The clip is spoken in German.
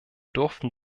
durften